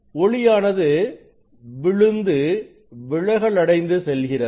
ஒளியானது விழுந்து விலகல் அடைந்து செல்கிறது